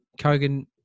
Kogan